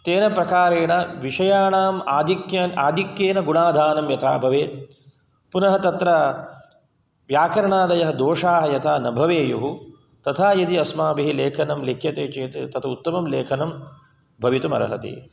तेन प्रकारेण विषयाणाम् आधिक्य आधिक्येन गुणाधानं यथा भवेत् पुनः तत्र व्याकरणादयः दोषाः तथा न भवेयुः तथा यदि अस्माभिः लेखनं लिख्यते चेत् तदुत्तमं लेखनं भवितुमर्हति